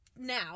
now